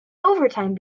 overtime